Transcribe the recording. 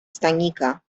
stanika